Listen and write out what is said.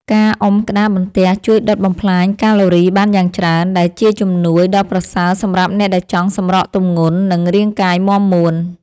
ការអុំក្តារបន្ទះជួយដុតបំផ្លាញកាឡូរីបានយ៉ាងច្រើន ដែលជាជំនួយដ៏ប្រសើរសម្រាប់អ្នកដែលចង់សម្រកទម្ងន់ និងរាងកាយមាំមួន។